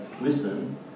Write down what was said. listen